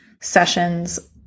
sessions